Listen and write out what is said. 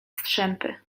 strzępy